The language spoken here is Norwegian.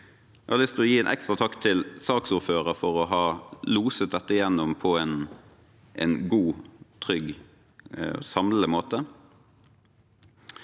å gi en ekstra takk til saksordføreren for å ha loset dette igjennom på en god, trygg og samlende måte.